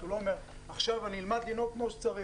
הוא לא אומר: עכשיו אני אלמד לנהוג כמו שצריך,